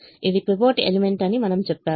ఇది pivot element అని మనము చెప్పాము